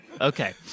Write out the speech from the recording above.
Okay